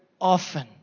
often